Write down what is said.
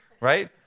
right